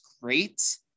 great